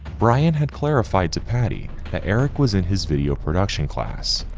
brian had clarified to patti that eric was in his video production class.